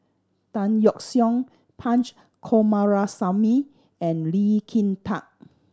Tan Yeok Seong Punch Coomaraswamy and Lee Kin Tat